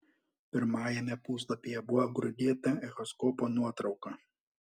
pirmajame puslapyje buvo grūdėta echoskopo nuotrauka